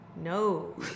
No